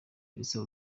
elsa